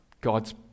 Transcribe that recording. god's